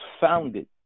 founded